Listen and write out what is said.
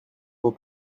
vos